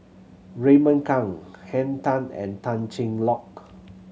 Raymond Kang Henn Tan and Tan Cheng Lock